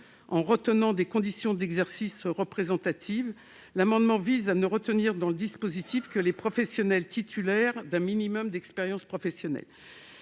appuyée sur des conditions d'exercice représentatives, cet amendement vise à ne retenir que la participation de professionnels titulaires d'un minimum d'expérience professionnelle.